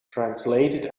translated